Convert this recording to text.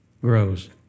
grows